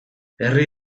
herri